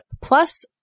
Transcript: Plus